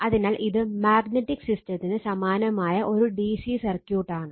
അതിനാൽ ഇത് മാഗ്നെറ്റിക് സിസ്റ്റത്തിന് സമാനമായ ഒരു ഡിസി സർക്യൂട്ട് ആണ്